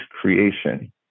creation